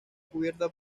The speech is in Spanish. cubierta